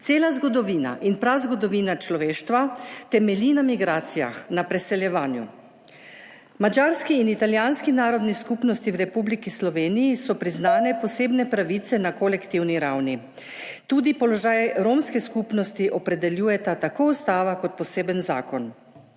Cela zgodovina in prazgodovina človeštva temelji na migracijah, na preseljevanju. Madžarski in italijanski narodni skupnosti v Republiki Sloveniji so priznane posebne pravice na kolektivni ravni, tudi položaj romske skupnosti opredeljujeta tako ustava kot poseben zakon,